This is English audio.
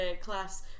class